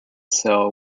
sail